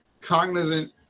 cognizant